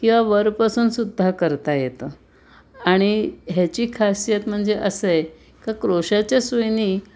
किंवा वरपासूनसुद्धा करता येतं आणि ह्याची खासियत म्हणजे असं आहे का क्रोशाच्या सुईने